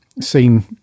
seen